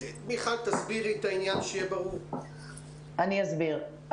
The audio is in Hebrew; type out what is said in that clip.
אני אסביר.